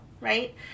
right